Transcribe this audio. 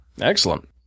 Excellent